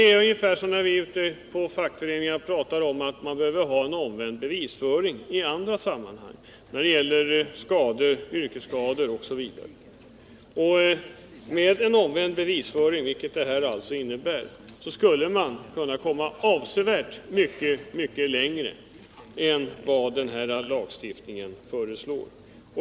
Det är som när vi ute i fackföreningarna i andra sammanhang talar om att det behövs en omvänd bevisföring, t.ex. när det gäller yrkesskador. Med en omvänd bevisföring, som det här är fråga om, skulle man kunna komma avsevärt mycket längre än vad som föreslås i den här lagstiftningen.